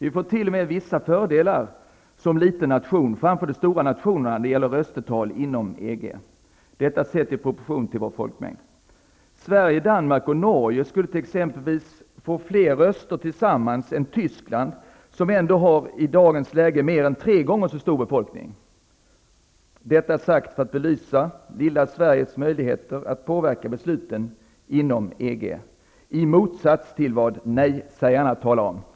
Vi får t.o.m. vissa fördelar som liten nation framför de stora nationerna när det gäller röstetal inom EG -- detta sett i proportion till vår folkmängd. Sverige, Danmark och Norge skulle exempelvis tillsammans få fler röster än Tyskland, som ändå har i dagens läge mer än tre gånger så stor befolkning. Detta sagt för att belysa lilla Sveriges möjligheter att påverka besluten inom EG, i motsats till vad nej-sägarna talar om.